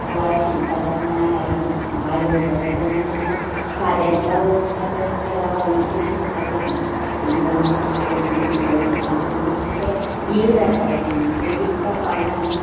blouse शिंवता तेन्ना हाड वयताले तेन्ना मातशें सादें ब्लावज आसता ते मागीर हांव आईचे शिंवताले ती एक दोन अशें शिवोन बी दिलें ती काम मातशें तें डिल जातालें पयलीं पयलींच कांय कळना न्हू